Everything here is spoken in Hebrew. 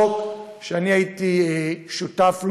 חוק שאני הייתי שותף לו,